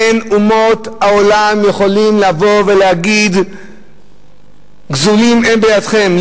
אין אומות העולם יכולים לבוא ולהגיד גזולים הם בידיכם,